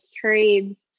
trades